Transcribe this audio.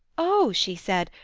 o, she said,